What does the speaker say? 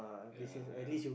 ya ya